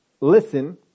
listen